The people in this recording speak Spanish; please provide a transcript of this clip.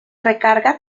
recarga